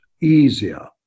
easier